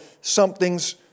something's